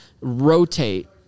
rotate